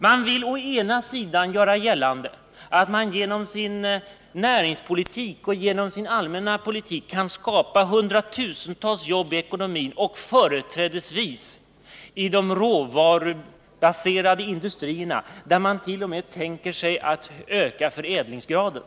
Man vill å ena sidan göra gällande att man genom sin näringspolitik och sin allmänna politik kan skapa hundratusentals jobb, företrädesvis inom de råvarubaserade industrierna, där man t.o.m. tänker sig att kunna öka förädlingsgraden.